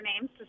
names